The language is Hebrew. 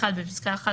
(1) בפסקה (1),